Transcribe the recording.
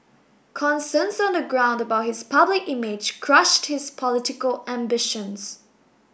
concerns on the ground about his public image crushed his political ambitions